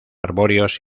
arbóreos